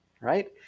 right